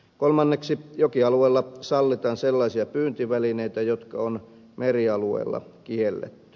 kolmanneksi jokialueella sallitaan sellaisia pyyntivälineitä jotka on merialueilla kielletty